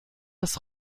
des